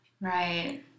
Right